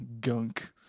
gunk